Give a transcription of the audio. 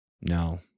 No